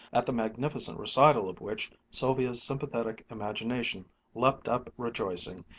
at the magnificent recital of which sylvia's sympathetic imagination leaped up rejoicing,